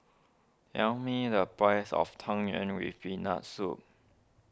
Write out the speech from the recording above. tell me the price of Tang Yuen with Peanut Soup